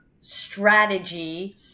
strategy